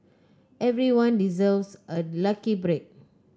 everyone deserves a lucky break